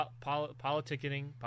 politicking